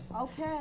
Okay